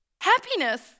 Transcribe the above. Happiness